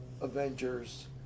Avengers